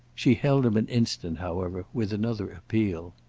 she held him an instant, however, with another appeal.